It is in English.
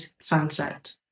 sunset